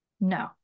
no